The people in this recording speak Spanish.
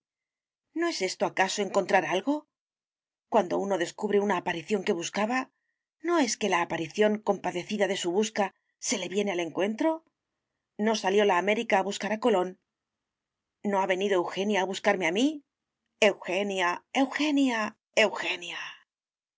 no es esto acaso encontrar algo cuando uno descubre una aparición que buscaba no es que la aparición compadecida de su busca se le viene al encuentro no salió la américa a buscar a colón no ha venido eugenia a buscarme a mí